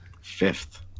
Fifth